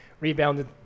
rebounded